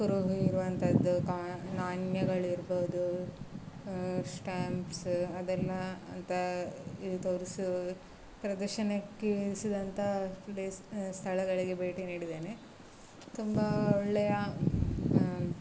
ಕುರುಹು ಇರುವಂಥದ್ದು ಕಾ ನಾಣ್ಯಗಳಿರ್ಬೋದು ಸ್ಟಾಂಪ್ಸ ಅದೆಲ್ಲ ಅಂತ ಇದು ತೋರಿಸೋ ಪ್ರದರ್ಶನಕ್ಕೆ ಇರಿಸಿದಂಥ ಪ್ಲೇಸ್ ಸ್ಥಳಗಳಿಗೆ ಭೇಟಿ ನೀಡಿದ್ದೇನೆ ತುಂಬ ಒಳ್ಳೆಯ